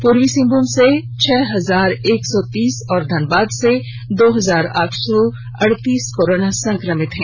पूर्वी सिंहमूम से छह हजार एक सौ तीस और धनबाद से दो हजार आठ सौ अड़तीस कोरोना संक्रमित मिले हैं